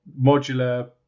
modular